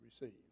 receive